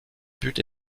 but